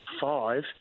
five